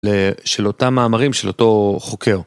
של אותם מאמרים של אותו חוקר.